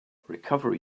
recovery